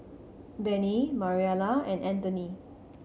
Bennie Mariela and Antony